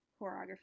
choreography